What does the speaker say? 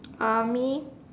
uh me